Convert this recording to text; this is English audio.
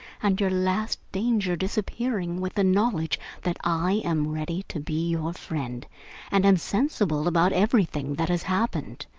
and your last danger disappearing with the knowledge that i am ready to be your friend and am sensible about everything that has happened.